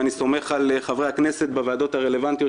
אני סומך על חברי הכנסת בוועדות הרלוונטיות